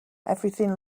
everything